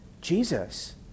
Jesus